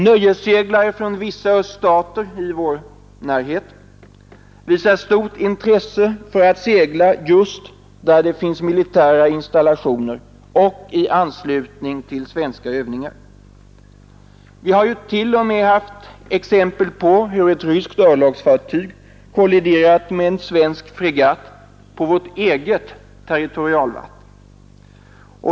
Nöjesseglare från vissa öststater i vår närhet visar också stort intresse för att segla just där det finns militära installationer och i anslutning till svenska övningar. Vi har t.o.m. haft exempel på hur ett ryskt örlogsfartyg kolliderat med en svensk fregatt på vårt eget territorialvatten.